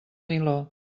niló